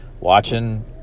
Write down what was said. watching